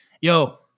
yo